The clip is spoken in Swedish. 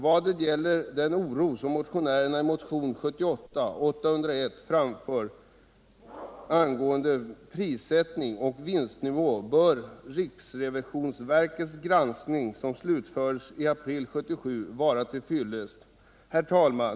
Vad gäller den oro som framförs i motionen 1977/78:801 angående prissättning och vinstnivå bör riksrevisionsverkets granskning, som slutförts i april 1977, vara till fyllest. Herr talman!